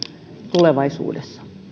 tulevaisuudessa